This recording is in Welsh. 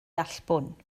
allbwn